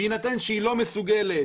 בהינתן שהיא לא מסוגלת,